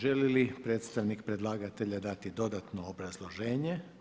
Želi li predstavnik predlagatelja dati dodatno obrazloženje?